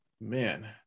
man